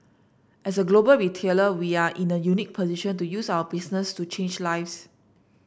as a global retailer we are in a unique position to use our business to change lives